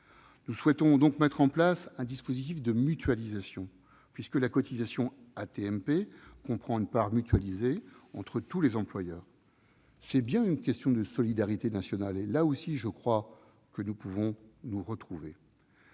Nous souhaitons donc mettre en place un dispositif de mutualisation, puisque la cotisation AT-MP comprend une part mutualisée entre tous les employeurs. C'est bien une question de solidarité nationale et, là aussi, je crois que nous pouvons nous retrouver.